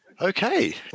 Okay